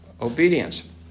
obedience